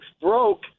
broke